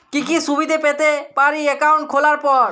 কি কি সুবিধে পেতে পারি একাউন্ট খোলার পর?